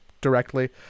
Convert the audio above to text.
directly